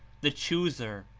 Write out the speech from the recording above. the chooser,